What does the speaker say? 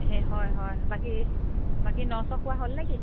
হে হয় হয় বাকী বাকী ন চ খোৱা হ'ল নেকি